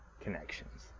connections